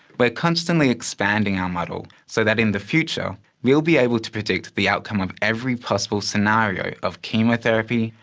but constantly expanding our model, so that in the future we will be able to predict the outcome of every possible scenario of chemotherapy,